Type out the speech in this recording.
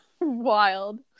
Wild